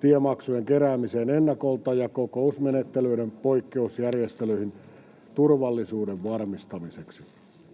tiemaksujen keräämiseen ennakolta ja kokousmenettelyiden poikkeusjärjestelyihin turvallisuuden varmistamiseksi.